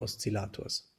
oszillators